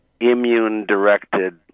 immune-directed